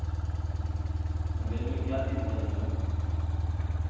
non veg में क्या चीज़ चाहिए आपको